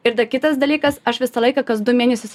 ir dar kitas dalykas aš visą laiką kas du mėnesius